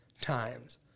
times